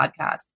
podcast